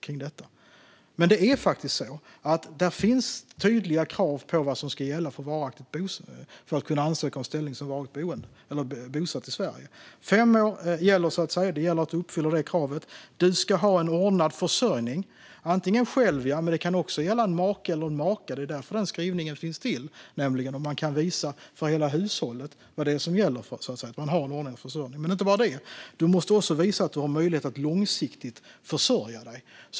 Men det är faktiskt så att det finns tydliga krav på vad som ska gälla för att man ska kunna ansöka om ställning som varaktigt bosatt i Sverige. Det gäller att uppfylla kravet om fem år. Du ska ha en ordnad försörjning, antingen själv eller en make eller maka. Det är därför skrivningen finns, så att man kan visa att det finns en ordning för hela hushållet. Men det är inte bara fråga om detta. Du måste också visa att du har möjlighet att långsiktigt försörja dig.